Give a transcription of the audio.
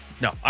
No